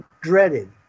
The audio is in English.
dreaded